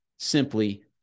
simply